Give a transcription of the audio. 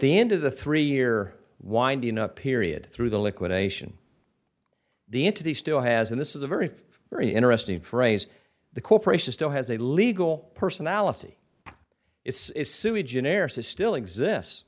the end of the three year winding up period through the liquidation the into the still has in this is a very very interesting phrase the corporation still has a legal personality it's sui generis it still exist